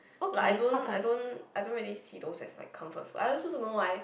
like I don't I don't I don't really see those as like comfort food I also don't know why